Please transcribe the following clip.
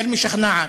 יותר משכנעת.